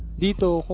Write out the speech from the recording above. details